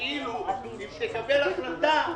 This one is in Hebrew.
כאילו לקבל החלטה,